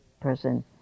person